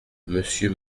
monsieur